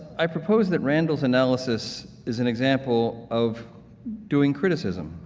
i propose that randall's analysis is an example of doing criticism,